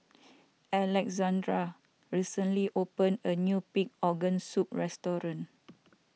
Alexandr recently opened a new Pig Organ Soup restaurant